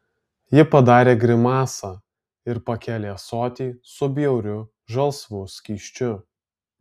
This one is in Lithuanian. ji padarė grimasą ir pakėlė ąsotį su bjauriu žalsvu skysčiu